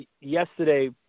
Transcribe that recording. yesterday